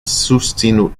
susținut